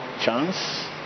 chance